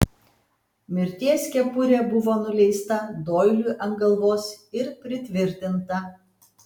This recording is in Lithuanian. mirties kepurė buvo nuleista doiliui ant galvos ir pritvirtinta